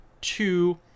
two